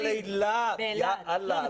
קטי, זה לא דיון על אילת עכשיו.